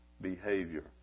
behavior